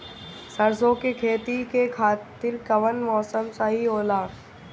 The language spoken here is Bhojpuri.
सरसो के खेती के खातिर कवन मौसम सही होला?